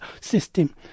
system